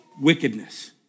wickedness